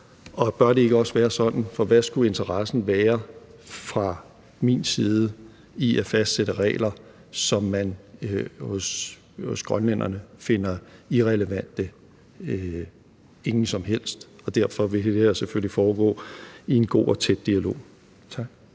Og bør det ikke også være sådan? For hvad skulle interessen være fra min side i at fastsætte regler, som man hos grønlænderne finder irrelevante? Ingen som helst – og derfor vil det her selvfølgelig foregå i en god og tæt dialog. Tak.